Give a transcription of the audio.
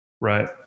Right